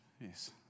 yes